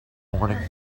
morning